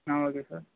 ah okay sir